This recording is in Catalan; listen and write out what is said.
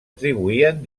atribuïen